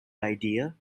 idea